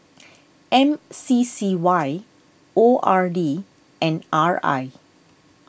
M C C Y O R D and R I